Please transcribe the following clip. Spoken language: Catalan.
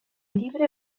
llibre